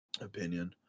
opinion